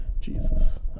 Jesus